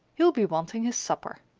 he'll be wanting his supper.